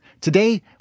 Today